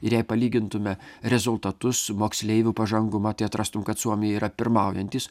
ir jei palygintume rezultatus moksleivių pažangumą tai atrastum kad suomiai yra pirmaujantys